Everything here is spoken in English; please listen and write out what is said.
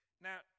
Now